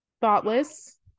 thoughtless